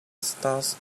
starts